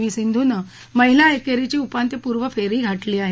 V सिंधूनं महिला एकेरीची उपान्त्यपूर्व फेरी गाठली आहे